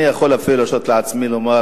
אני יכול להרשות לעצמי אפילו לומר,